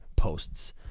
posts